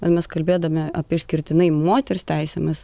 ar mes kalbėdami apie išskirtinai moters teisėmis